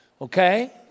okay